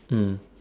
mm